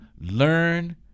learn